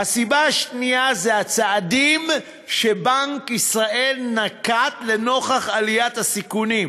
"הסיבה השנייה זה הצעדים שבנק ישראל נקט לנוכח עליית הסיכונים,